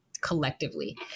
Collectively